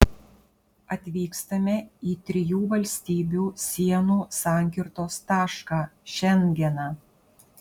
atvykstame į trijų valstybių sienų sankirtos tašką šengeną